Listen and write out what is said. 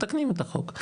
מתקנים את החוק.